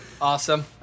Awesome